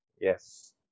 Yes